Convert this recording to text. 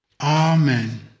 Amen